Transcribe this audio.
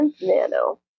Nano